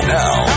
now